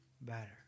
better